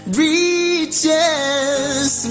reaches